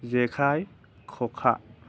जेखाय खखा